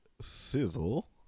sizzle